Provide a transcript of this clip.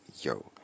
yo